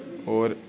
होर